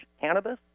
cannabis